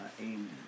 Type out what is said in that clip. Amen